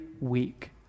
week